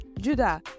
Judah